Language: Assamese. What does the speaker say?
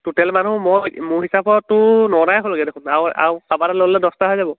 টোটেল মানুহ ম মোৰ হিচাপততো নটাই হ'লগৈ দেখোন আৰু আৰু কাৰোবাক এটা লৈ ল'লে দছটা হৈ যাব